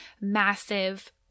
massive